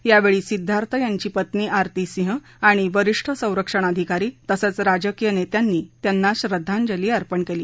यावेळी सिद्धार्थ यांची पत्नी आरती सिंह आणि वरीष्ठ संरक्षण अधिकारी तसंच राजकीय नेत्यांनी त्यांना श्रद्धाजंली अर्पण केली